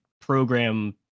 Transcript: program